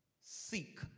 seek